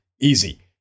easy